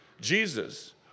Jesus